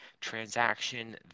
transaction